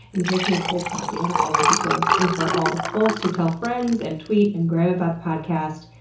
and drinking cold coffee out of ologies mugs. and for all the folks who tell friends, and tweet, and gram about the podcast,